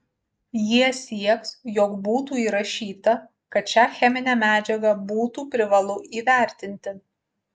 jie sieks jog būtų įrašyta kad šią cheminę medžiagą būtų privalu įvertinti